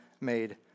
made